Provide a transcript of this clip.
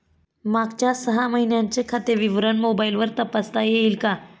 मागच्या सहा महिन्यांचे खाते विवरण मोबाइलवर तपासता येईल का?